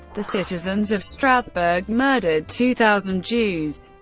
the citizens of strasbourg murdered two thousand jews.